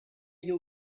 you